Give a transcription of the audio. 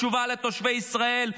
תשובה לתושבי ישראל,